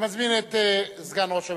אני מזמין את סגן ראש הממשלה,